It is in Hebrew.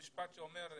המשפט שאומר,